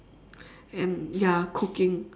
and ya cooking